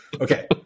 Okay